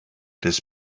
des